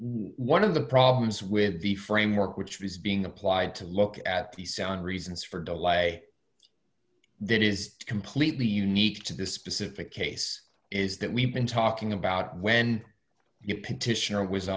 one of the problems with the framework which was being applied to look at the sound reasons for de lay then is completely unique to this specific case is that we've been talking about when you